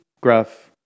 Gruff